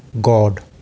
God